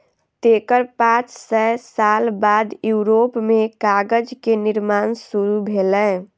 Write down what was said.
तेकर पांच सय साल बाद यूरोप मे कागज के निर्माण शुरू भेलै